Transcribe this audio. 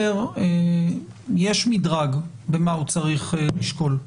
יש מדרג מה המאסדר צריך לשקול.